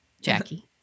Jackie